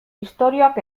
istorioak